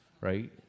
right